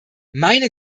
meine